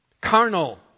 Carnal